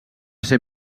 ser